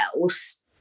else